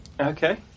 okay